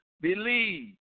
believe